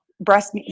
breast